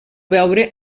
veure